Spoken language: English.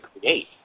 create